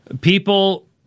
People